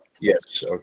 Yes